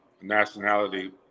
nationality